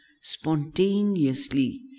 spontaneously